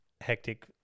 hectic